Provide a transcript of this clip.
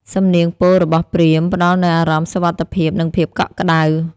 សំនៀងពោលរបស់ព្រាហ្មណ៍ ផ្ដល់នូវអារម្មណ៍សុវត្ថិភាព និងភាពកក់ក្ដៅ។